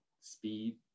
speed